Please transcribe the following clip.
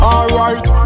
Alright